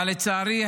אבל לצערי,